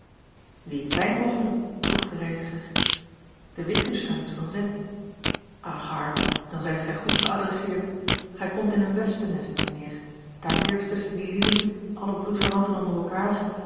zijn mochten vroeg de reiziger a l g bosboom-toussaint langs een omweg de witgensteyns van z ach arme dan zijt gij goed geadresseerd gij komt in een wespennest mijnheer daar heerscht tusschen die lieden allen bloedverwanten onder elkaar